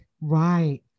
right